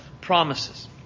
promises